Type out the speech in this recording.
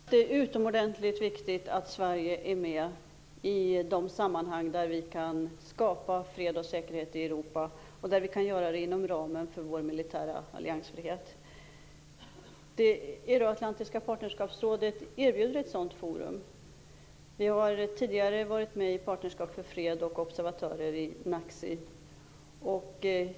Herr talman! Det är utomordentligt viktigt att Sverige är med i de sammanhang där fred och säkerhet kan skapas i Europa, och där det kan göras inom ramen för Sveriges militära alliansfrihet. Det euroatlantiska partnerskapsrådet erbjuder ett sådant forum. Sverige har ju tidigare varit med i Partnerskap för fred och varit observatörer i NACC.